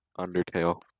Undertale